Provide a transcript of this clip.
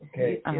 Okay